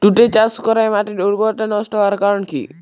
তুতে চাষ করাই মাটির উর্বরতা নষ্ট হওয়ার কারণ কি?